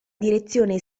direzione